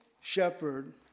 shepherd